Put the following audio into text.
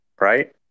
right